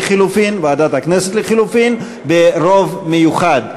לחלופין, ועדת הכנסת, לחלופין, ברוב מיוחד.